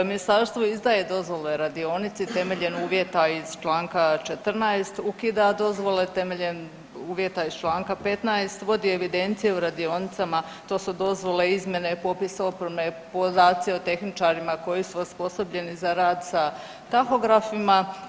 Ministarstvo izdaje dozvole radionici temeljem uvjeta iz čl. 14, ukida dozvole temeljem uvjeta iz čl. 15, vodi evidencije o radionicama, to su dozvole, izmjene, popis opreme, podaci o tehničarima koji su osposobljeni za rad sa tahografima.